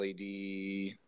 LED